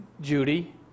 Judy